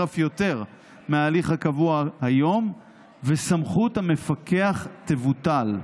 אף יותר מההליך הקבוע היום וסמכות המפקח תבוטל.